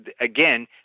Again